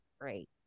great